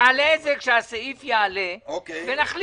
תעלה את זה כשהסעיף יעלה ונחליט,